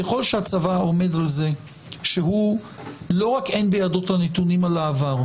ככל שהצבא עומד על זה שלא רק אין בידו את הנתונים על העבר,